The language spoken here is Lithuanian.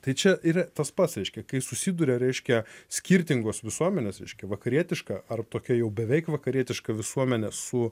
tai čia yra tas pats reiškia kai susiduria reiškia skirtingos visuomenės reiškia vakarietiška ar tokia jau beveik vakarietiška visuomenė su